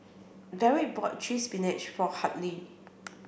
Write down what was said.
Dedrick bought Cheese Spinach for Hadley